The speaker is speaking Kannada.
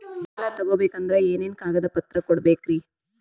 ಸಾಲ ತೊಗೋಬೇಕಂದ್ರ ಏನೇನ್ ಕಾಗದಪತ್ರ ಕೊಡಬೇಕ್ರಿ?